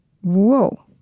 whoa